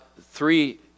three